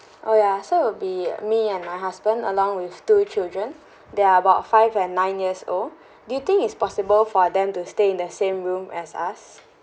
oh ya so it'll be me and my husband along with two children they are about five and nine years old do you think is possible for them to stay in the same room as us